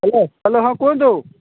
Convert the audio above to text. hello ହଁ କୁହନ୍ତୁ